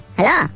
Hello